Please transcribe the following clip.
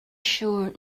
siŵr